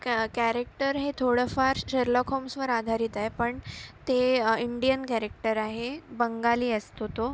कॅ कॅरेक्टर हे थोडंफार श शेरलॉक होम्सवर आधारित आहे पण ते इंडियन कॅरेक्टर आहे बंगाली असतो तो